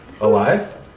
Alive